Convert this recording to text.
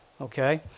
Okay